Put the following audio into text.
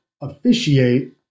officiate